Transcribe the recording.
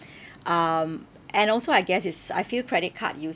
um and also I guess it's I feel credit card usage